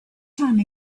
time